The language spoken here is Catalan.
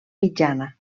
mitjana